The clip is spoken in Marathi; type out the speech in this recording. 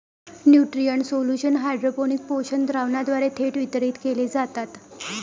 न्यूट्रिएंट सोल्युशन हायड्रोपोनिक्स पोषक द्रावणाद्वारे थेट वितरित केले जातात